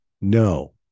No